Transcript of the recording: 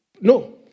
No